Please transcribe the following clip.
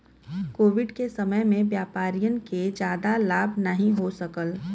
Covid के समय में व्यापारियन के जादा लाभ नाहीं हो सकाल